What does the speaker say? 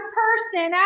person